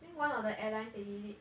I think one of the airlines they did it